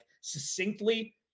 succinctly